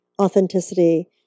authenticity